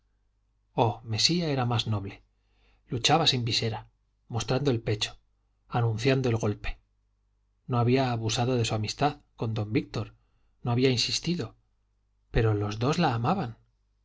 oh mesía era más noble luchaba sin visera mostrando el pecho anunciando el golpe no había abusado de su amistad con don víctor no había insistido pero los dos la amaban la